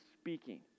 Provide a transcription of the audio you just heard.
speaking